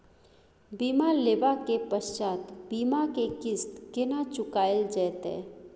बीमा लेबा के पश्चात बीमा के किस्त केना चुकायल जेतै?